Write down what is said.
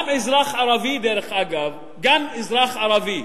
גם אזרח ערבי, דרך אגב, גם אזרח ערבי,